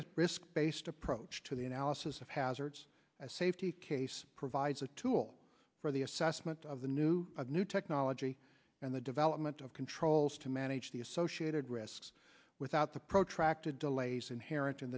a risk based approach to the analysis of hazards as safety case provides a tool for the assessment of the new new technology and the development of controls to manage the associated risks without the protracted delays inherent in